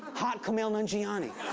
hot kumail nanjiani.